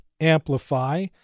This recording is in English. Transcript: Amplify